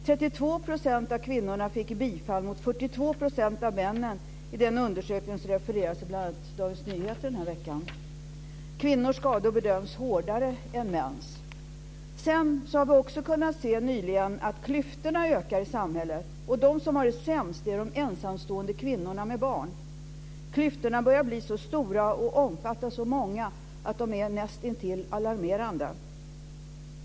32 % av kvinnorna fick bifall mot 42 % av männen i den undersökning som refereras i bl.a. Dagens Nyheter den här veckan. Kvinnors skador bedöms hårdare än mäns. Dessutom har vi också nyligen kunnat se att klyftorna i samhället ökar. De som har det sämst är de ensamstående kvinnorna med barn. Klyftorna börjar bli så stora och omfatta så många att de är näst intill alarmerande.